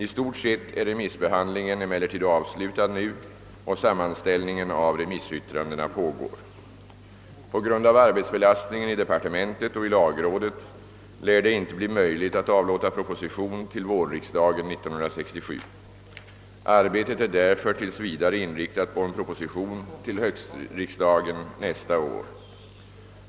I stort sett är remissbehandlingen emellertid avslutad nu och sammanställningen av remissyttrandena pågår. På grund av arbetsbelastningen i departementet och i lagrådet lär det inte bli möjligt att avlåta proposition till vårriksdagen 1967. Arbetet är därför tills vidare inriktat på en proposition till höstriksdagen samma år.